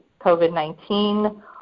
COVID-19